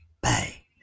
Bye